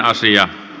asia